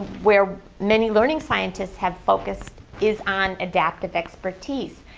where many learning scientists have focused is on adaptive expertise.